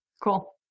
cool